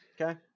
okay